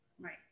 Right